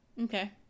Okay